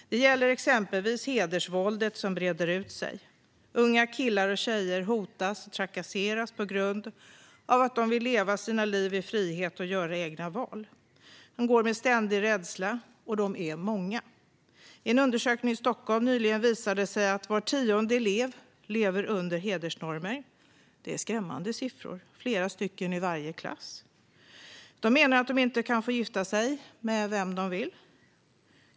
Det gäller exempelvis hedersvåldet som breder ut sig. Unga killar och tjejer hotas och trakasseras på grund av att de vill leva sina liv i frihet och göra egna val. De går med ständig rädsla. Och de är många. I en undersökning i Stockholm nyligen visade det sig att var tionde elev lever under hedersnormer. Det är skrämmande siffror. Det är flera i varje klass. De menar att de inte kan gifta sig med vem de vill.